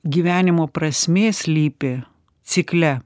gyvenimo prasmė slypi cikle